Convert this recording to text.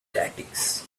tactics